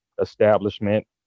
establishment